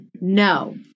No